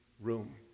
room